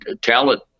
talent